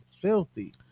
filthy